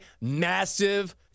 massive